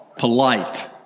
polite